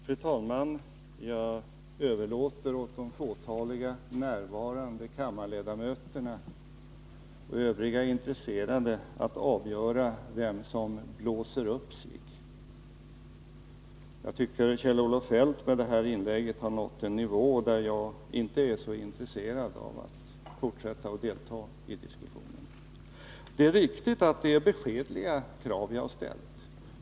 Fru talman! Jag överlåter åt de fåtaliga närvarande kammarledamöterna och övriga intresserade att avgöra vem som blåser upp sig. Jag tycker att Kjell-Olof Feldt med det här inlägget har nått en nivå där jag för tillfället inte är så intresserad av att fortsätta att delta i diskussionen. Det är riktigt att det är beskedliga krav vi har ställt.